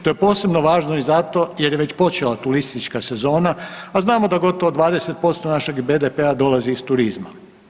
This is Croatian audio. To je posebno važno i zato jer je već počela turistička sezona, a znamo da gotovo 20% našeg BDP-a dolazi iz turizma.